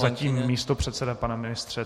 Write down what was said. Zatím místopředseda, pane ministře.